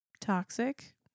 toxic